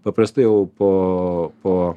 paprastai jau po po